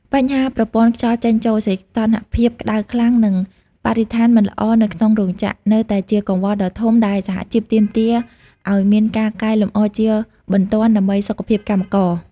បញ្ហាប្រព័ន្ធខ្យល់ចេញចូល សីតុណ្ហភាពក្តៅខ្លាំង និងបរិស្ថានមិនល្អនៅក្នុងរោងចក្រ នៅតែជាកង្វល់ដ៏ធំដែលសហជីពទាមទារឱ្យមានការកែលម្អជាបន្ទាន់ដើម្បីសុខភាពកម្មករ។